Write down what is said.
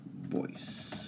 voice